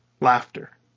laughter